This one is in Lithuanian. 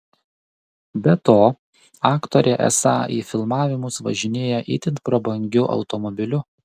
be to aktorė esą į filmavimus važinėja itin prabangiu automobiliu